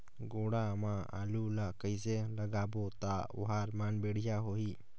गोडा मा आलू ला कइसे लगाबो ता ओहार मान बेडिया होही?